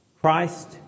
Christ